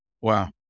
Wow